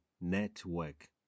Network